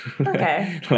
Okay